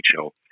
show